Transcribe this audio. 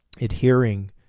adhering